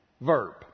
verb